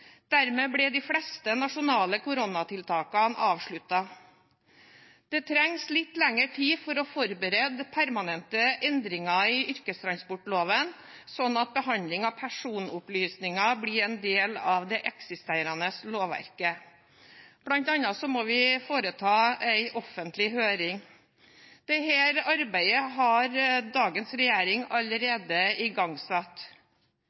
Dermed ble de fleste nasjonale koronatiltakene avsluttet. Det trengs litt lengre tid for å forberede permanente endringer i yrkestransportloven, sånn at behandlingen av personopplysninger blir en del av det eksisterende lovverket. Vi må bl.a. gjennomføre en offentlig høring. Dette arbeidet har dagens regjering